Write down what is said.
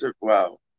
Wow